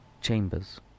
Chambers